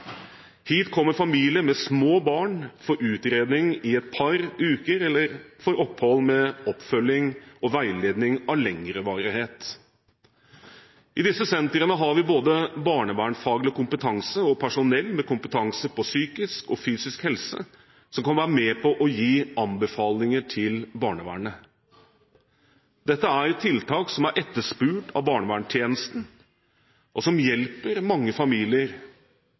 Hit kommer familier med små barn for utredning i et par uker eller for opphold med oppfølging og veiledning av lengre varighet. I disse sentrene har vi både barnevernsfaglig kompetanse og personell med kompetanse på psykisk og fysisk helse som kan være med på å gi anbefalinger til barnevernet. Dette er et tiltak som er etterspurt av barnevernstjenesten, og som hjelper mange familier,